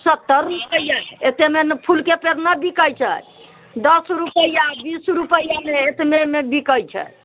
सत्तरि रुपैए एतेकमे फूलके पेड़ नहि बिकैत छै दश रुपैआ बीस रुपैआमे इतनेमे बिकैत छै